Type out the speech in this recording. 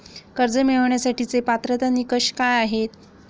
कर्ज मिळवण्यासाठीचे पात्रता निकष काय आहेत?